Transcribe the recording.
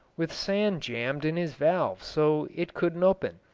with sand jammed in his valve so it couldn't open.